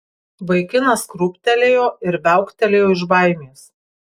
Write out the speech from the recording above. vaikinas krūptelėjo ir viauktelėjo iš baimės